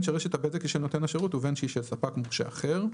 בין שרשת הבזק היא של נותן השירות ובין שהיא של ספק מורשה אחר.